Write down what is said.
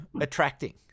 attracting